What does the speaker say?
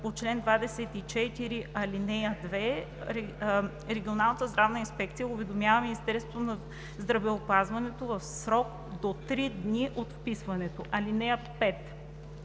по чл. 24, ал. 2 регионалната здравна инспекция уведомява Министерството на здравеопазването в срок до три дни от вписването. (5)